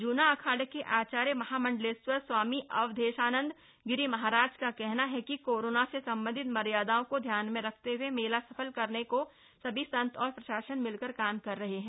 जूना अखाड़े के आचार्य महामंडलेश्वर स्वामी अवधेशानंद गिरी महाराज का कहना है कि कोरोना से संबंधित मर्यादाओं को ध्यान में रखते हुए मेला सफल कराने की सभी संत और प्रशासन मिलकर काम कर रहे हैं